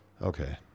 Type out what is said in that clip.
Okay